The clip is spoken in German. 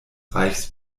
reichs